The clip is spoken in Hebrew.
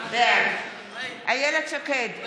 בעד איילת שקד,